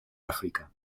áfrica